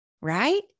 Right